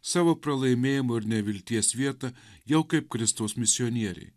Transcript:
savo pralaimėjimo ir nevilties vietą jau kaip kristaus misionieriai